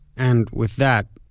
and with that,